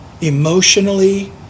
Emotionally